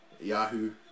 Yahoo